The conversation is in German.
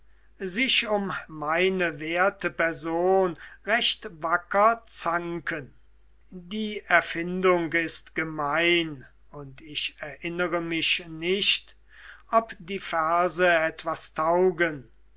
sich um meine werte person recht wacker zanken die erfindung ist gemein und ich erinnere mich nicht ob die verse etwas taugen